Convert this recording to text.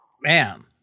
Man